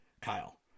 Kyle